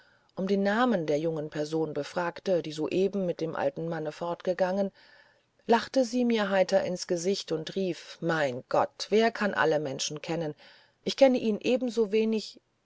um den namen der jungen person befragte die soeben mit dem alten manne fortgegangen lachte sie mir heiter ins gesicht und rief mein gott wer kann alle menschen kennen ich kenne ihn